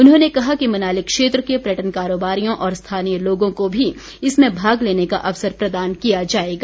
उन्होंने कहा कि मनाली क्षेत्र के पर्यटन कारोबारियों और स्थानीय लोगों को भी इसमें भाग लेने का अवसर प्रदान किया जाएगा